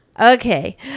Okay